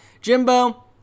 Jimbo